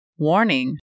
Warning